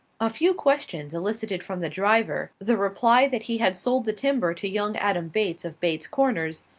a few questions elicited from the driver the reply that he had sold the timber to young adam bates of bates corners,